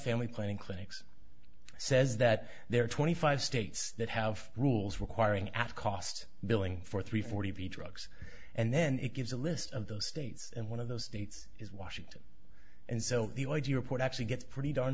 family planning clinics says that there are twenty five states that have rules requiring at a cost for three forty drugs and then it gives a list of those states and one of those states is washington and so the idea report actually gets pretty darn